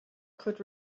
could